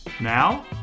Now